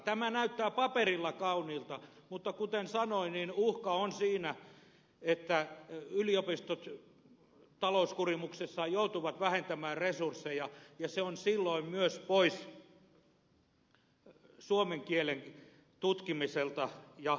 tämä näyttää paperilla kauniilta mutta kuten sanoin uhka on siinä että yliopistot talouskurimuksessaan joutuvat vähentämään resursseja ja se on silloin myös pois suomen kielen tutkimiselta ja kehittämiseltä